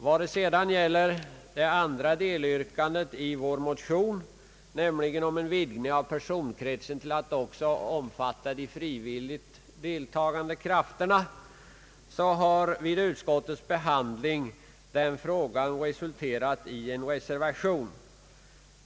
Vad gäller det andra delyrkandet i vår motion, nämligen om en vidgning av personkretsen till att också omfatta de frivilligt deltagande krafterna, har utskottets behandling av den frågan resulterat i en reservation.